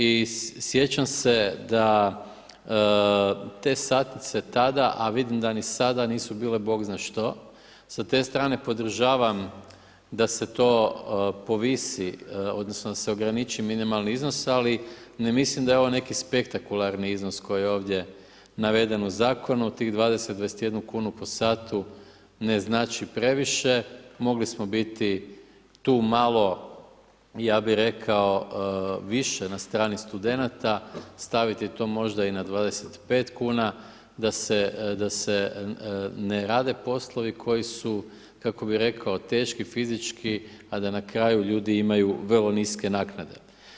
I sjećam se da te satnice tada a vidim da ni sada nisu bile bog zna što, sa te strane podržavam da se to povisi odnosno da se ograniči minimalni iznos ali ne mislim da je ovo spektakularni iznos koji je ovdje naveden u zakonu, tih 20, 21 kn po satu ne znači previše, mogli smo biti tu malo ja bi rekao, više na strani studenata, staviti to možda i na 25 kn, da se ne rade poslovi koji su kako bi rekao, teški, fizički, a da na kraju ljudi imaju vrlo niske naknade.